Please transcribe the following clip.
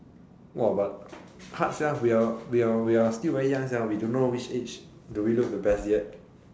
!wow! but hard sia we are we are we are still very young sia we still don't know which age will we look the best yet